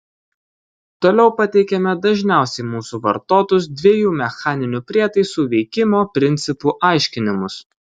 toliau pateikiame dažniausiai mūsų vartotus dviejų mechaninių prietaisų veikimo principų aiškinimus